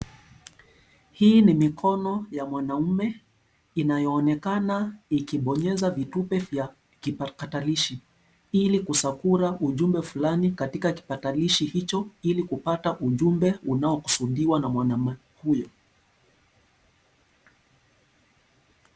Hii ni mikono ya mwanamume inayoonekana ikibonyeza vitufe vya kipakatalishi, ili kusakula ujumbe fulani katika kipatalishi hicho, ili kupata ujumbe unaokusudiwa na mwanamume huyo.